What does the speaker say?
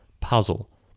puzzle